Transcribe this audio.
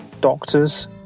Doctors